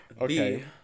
Okay